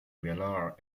velar